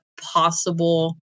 possible